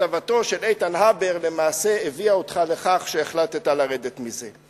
שכתבתו של איתן הבר הביאה אותך לכך שהחלטת לרדת מזה.